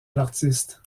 l’artiste